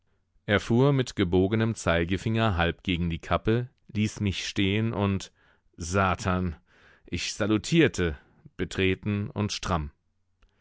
er fuhr mit gebogenem zeigefinger halb gegen die kappe ließ mich stehen und satan ich salutierte betreten und stramm